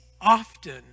often